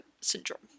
syndrome